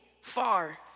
far